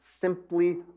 simply